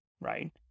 right